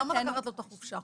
למה לקחת לו את החופשה?